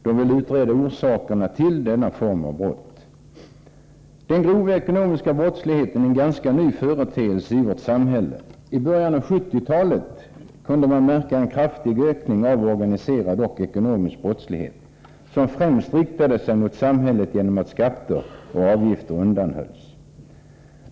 De vill utreda orsakerna till denna form av brott. Den grova ekonomiska brottsligheten är en ganska ny företeelse i vårt samhälle. I början av 1970-talet kunde man märka en kraftig ökning av organiserad och ekonomisk brottslighet, som främst riktade sig mot samhället genom att skatter och avgifter undanhölls.